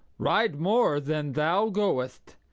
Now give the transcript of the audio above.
ride more than thou goest,